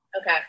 Okay